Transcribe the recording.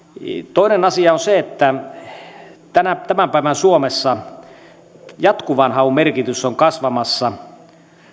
toinen asia on se että tämän päivän suomessa jatkuvan haun merkitys on kasvamassa